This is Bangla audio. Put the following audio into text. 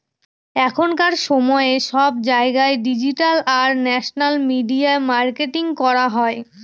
এখনকার সময়ে সব জায়গায় ডিজিটাল আর সোশ্যাল মিডিয়া মার্কেটিং করা হয়